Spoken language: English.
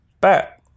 bat